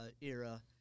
era